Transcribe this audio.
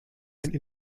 and